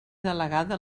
delegada